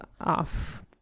off